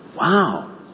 wow